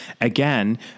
Again